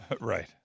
Right